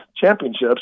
championships